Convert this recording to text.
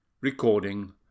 Recording